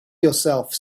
yourself